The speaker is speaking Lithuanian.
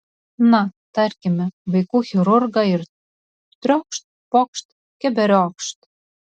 na tarkime vaikų chirurgą ir triokšt pokšt keberiokšt